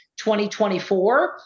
2024